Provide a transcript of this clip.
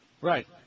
Right